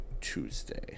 Tuesday